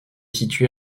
située